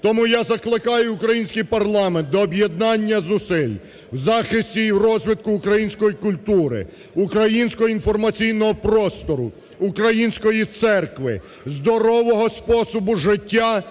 Тому я закликаю український парламент до об'єднання зусиль, в захисті і розвитку української культури, українського інформаційного простору, української церкви, здорового способу життя